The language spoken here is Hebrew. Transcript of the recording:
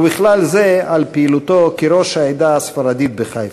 ובכלל זה על פעילותו כראש העדה הספרדית בחיפה.